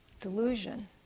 delusion